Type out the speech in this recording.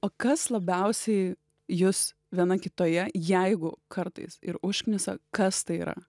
o kas labiausiai jus viena kitoje jeigu kartais ir užknisa kas tai yra